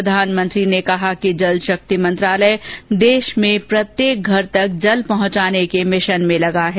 प्रधानमंत्री ने कहा कि जल शक्ति मंत्रालय देश में प्रत्येक घर तक जल पहुंचाने के मिशन में लगा है